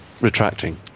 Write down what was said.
retracting